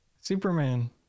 Superman